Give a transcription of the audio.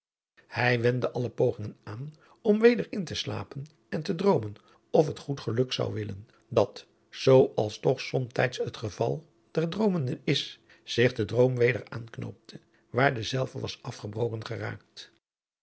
hij wendde alle pogingen aan om weder in te slapen en te droomen of het goed geluk zou wiladriaan loosjes pzn het leven van hillegonda buisman len dat zoo als toch somtijds het geval der droomenden is zich de droom weder aanknoopte waar dezelve was afgebroken geraakt